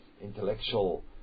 intellectual